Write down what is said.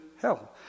hell